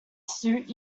suit